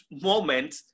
moment